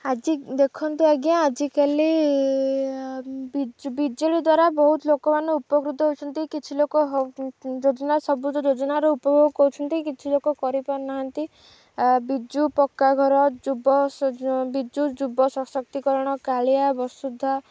ଆଜି ଦେଖନ୍ତୁ ଆଜ୍ଞା ଆଜିକାଲି ବିଜ ବିଜୁଳି ଦ୍ୱାରା ବହୁତ ଲୋକମାନେ ଉପକୃତ ହେଉଛନ୍ତି କିଛି ଲୋକ ଯୋଜନା ସବୁଜ ଯୋଜନାର ଉପଭୋଗ କରୁଛନ୍ତି କିଛି ଲୋକ କରିପାରୁନାହାନ୍ତି ବିଜୁ ପକ୍କା ଘର ଯୁବ ବିଜୁ ଯୁବ ସଶକ୍ତିକରଣ କାଳିଆ ବସୁଦ୍ଧା